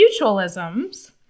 mutualisms